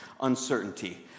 uncertainty